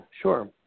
sure